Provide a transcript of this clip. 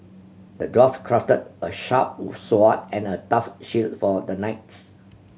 the dwarf crafted a sharp sword and a tough shield for the knight